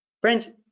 friends